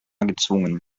gezwungen